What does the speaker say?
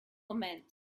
omens